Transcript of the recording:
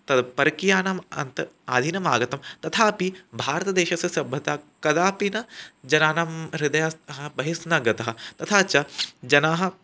तद् परकीयानाम् अन्ते अधीनमागतं तथापि भारतदेशस्य सभ्यता कदापि न जनानां हृदयतः बहिः न गता तथा च जनाः